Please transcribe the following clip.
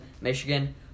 Michigan